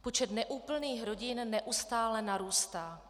Počet neúplných rodin neustále narůstá.